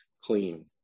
clean